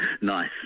Nice